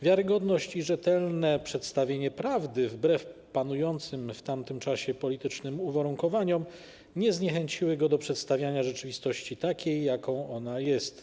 Wiarygodność i rzetelne przedstawienie prawdy wbrew panującym w tamtym czasie politycznym uwarunkowaniom nie zniechęciły go do przedstawiania rzeczywistości takiej, jaką ona jest.